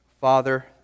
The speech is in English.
Father